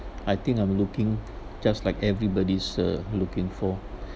I think I'm looking just like everybody's uh looking for